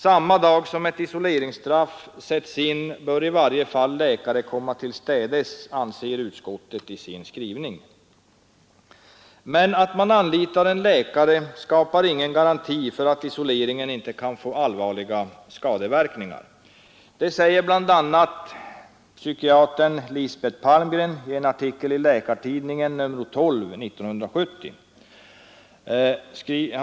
Samma dag som ett isoleringsstraff sätts in bör i varje fall läkare komma tillstädes, säger utskottet i sin skrivning. Men att man anlitar en läkare skapar ingen garanti för att isoleringen inte får allvarliga skadeverkningar. Det säger bl.a. psykiatern Lisbeth Palmgren i en artikel i Läkartidningen nr 12 1970.